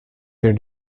their